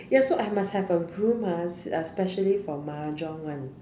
ya so I must have a room ah specially for mahjong [one]